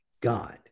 God